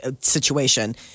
situation